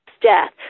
death